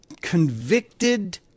convicted